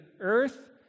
earth